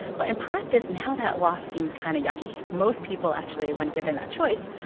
but in practice, now that loss seems kind of yucky. most people, actually, when given that choice,